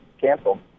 canceled